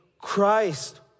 Christ